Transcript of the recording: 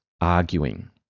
arguing